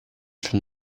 from